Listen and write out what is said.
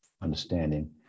understanding